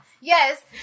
Yes